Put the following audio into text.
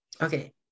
Okay